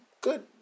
good